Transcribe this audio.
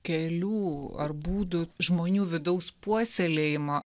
kelių ar būdų žmonių vidaus puoselėjimo